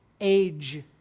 age